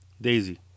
Daisy